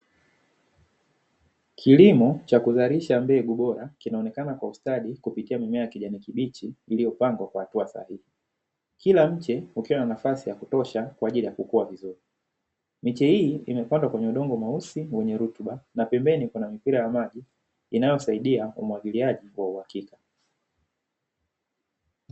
Kilimo cha kuzalisha mbegu bora kinaonekana kwa ustadi kupitia mimea ya kijani kibichi iliyopangwa kwa hatua sahihi, kila mche ukiwa na nafasi ya kutosha kwa ajili ya kukua vizuri. Miche hiyo imepandwa kwenye udongo mweusi wenye rutuba, na pembeni kuna mipira ya maji inayosaidia umwagiliaji wa uhakika.